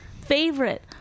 favorite